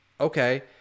Okay